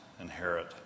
inherit